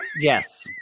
Yes